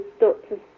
doctors